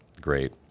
great